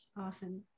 often